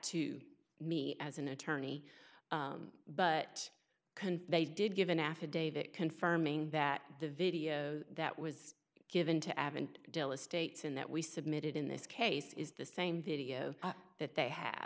to me as an attorney but can they did give an affidavit confirming that the video that was given to ab and states and that we submitted in this case is the same video that they have